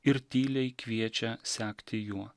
ir tyliai kviečia sekti juo